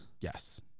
Yes